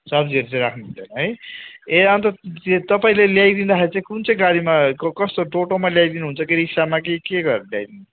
सब्जीहरू चाहिँ राख्नु हुँदैन है ए अन्त तपाईँले ल्याइदिँदाखेरि चाहिँ कुन चाहिँ गाडीमा कस्तो टोटोमा ल्याइदिनु हुन्छ कि रिक्सामा कि के गरेर ल्याइदिने